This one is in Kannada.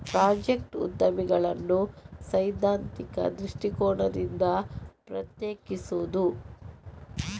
ಪ್ರಾಜೆಕ್ಟ್ ಉದ್ಯಮಿಗಳನ್ನು ಸೈದ್ಧಾಂತಿಕ ದೃಷ್ಟಿಕೋನದಿಂದ ಪ್ರತ್ಯೇಕಿಸುವುದು